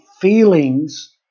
feelings